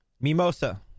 mimosa